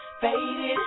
Faded